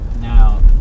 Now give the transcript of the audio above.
Now